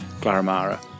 Glarimara